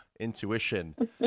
intuition